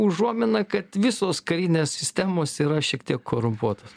užuomina kad visos karinės sistemos yra šiek tiek korumpuotos